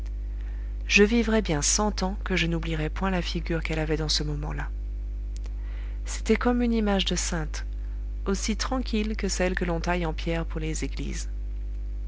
je vivrais bien cent ans que je n'oublierais point la figure qu'elle avait dans ce moment-là c'était comme une image de sainte aussi tranquille que celles que l'on taille en pierre pour les églises